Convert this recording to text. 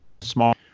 small